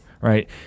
right